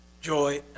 joy